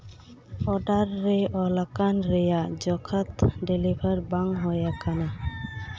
order ᱨᱮ ᱚᱞ ᱟᱠᱟᱱ ᱨᱮᱭᱟᱜ ᱡᱚᱠᱷᱟᱛ ᱰᱮᱞᱤᱵᱷᱟᱨ ᱵᱟᱝ ᱦᱩᱭᱟᱠᱟᱱᱟ